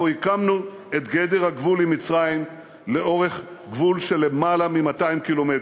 אנחנו הקמנו את גדר הגבול עם מצרים לאורך גבול של יותר מ-200 ק"מ.